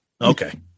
Okay